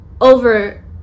over